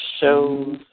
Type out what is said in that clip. shows